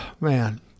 Man